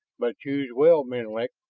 but choose well, menlik!